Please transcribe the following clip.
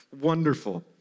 Wonderful